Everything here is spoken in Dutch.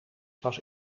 pas